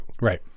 Right